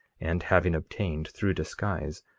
and having obtained, through disguise,